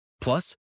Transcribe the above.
Plus